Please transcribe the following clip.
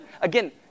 Again